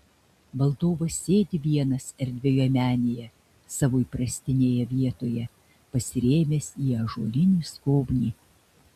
valdovas sėdi vienas erdvioje menėje savo įprastinėje vietoje pasirėmęs į ąžuolinį skobnį